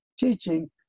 teaching